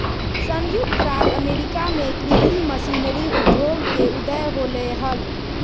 संयुक्त राज्य अमेरिका में कृषि मशीनरी उद्योग के उदय होलय हल